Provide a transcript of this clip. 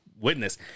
witness